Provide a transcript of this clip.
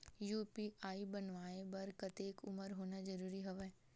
UPI बनवाय बर कतेक उमर होना जरूरी हवय?